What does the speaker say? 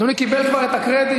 אדוני קיבל כבר את הקרדיט.